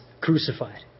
crucified